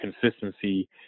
consistency